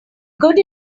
good